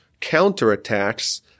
counterattacks